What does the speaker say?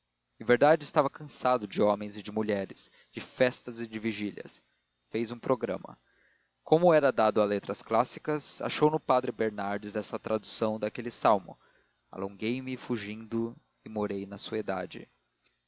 em verdade estava cansado de homens e de mulheres de festas e de vigílias fez um programa como era dado a letras clássicas achou no padre bernardes esta tradução daquele salmo alonguei me fugindo e morei na soedade